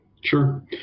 Sure